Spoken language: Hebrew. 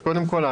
אז קודם כל,